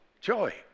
joy